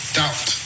doubt